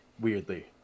weirdly